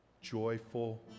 joyful